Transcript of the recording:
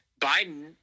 Biden